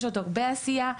יש עוד הרבה עשייה.